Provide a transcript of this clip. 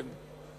כן.